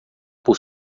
por